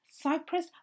Cyprus